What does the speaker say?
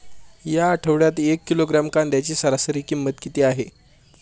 या आठवड्यात एक किलोग्रॅम कांद्याची सरासरी किंमत किती आहे?